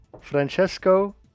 Francesco